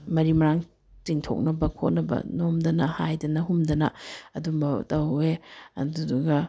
ꯃꯔꯤ ꯃꯔꯥꯡ ꯆꯤꯊꯣꯛꯅꯕ ꯈꯣꯠꯅꯕ ꯅꯣꯝꯗꯅ ꯍꯥꯏꯗꯅ ꯍꯨꯝꯗꯅ ꯑꯗꯨꯝꯕ ꯇꯧꯏ ꯑꯗꯨꯗꯨꯒ